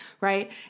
right